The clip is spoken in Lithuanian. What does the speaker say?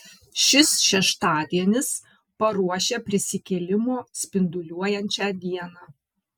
šis šeštadienis paruošia prisikėlimo spinduliuojančią dieną